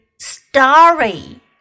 story